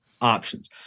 options